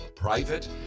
Private